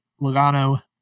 Logano